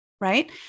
Right